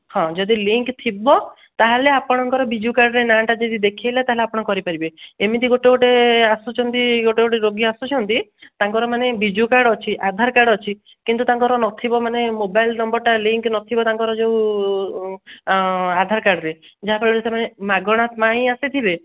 ହଁ ଯଦି ଲିଙ୍କ୍ ଥିବ ତା'ହେଲେ ଆପଣଙ୍କର ବିଜୁ କାର୍ଡ଼୍ରେ ନାଁଟା ଦେଖାଇଲା ତା'ହେଲେ ଆପଣ କରିପାରିବେ ଏମିତି ଗୋଟେ ଗୋଟେ ଆସୁଛନ୍ତୁ ଗୋଟେ ଗୋଟେ ରୋଗୀ ଆସୁଛନ୍ତି ତାଙ୍କର ମାନେ ବିଜୁ କାର୍ଡ଼୍ ଅଛି ଆଧାର କାର୍ଡ଼୍ ଅଛି କିନ୍ତୁ ତାଙ୍କର ନଥିବ ମାନେ ମୋବାଇଲ୍ ନମ୍ବର୍ଟା ଲିଙ୍କ୍ ନଥିବ ତାଙ୍କର ଯେଉଁ ଆଧାର କାର୍ଡ଼୍ରେ ଯାହା ଫଳରେ ସେମାନେ ମାଗଣା ପାଇଁ ଆସିଥିବେ